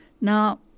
Now